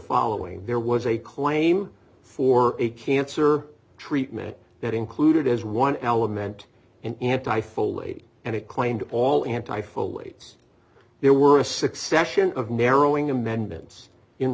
following there was a claim for a cancer treatment that included as one element an anti foley and it claimed all anti full weights there were a succession of narrowing amendments in